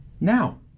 Now